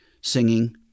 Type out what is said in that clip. singing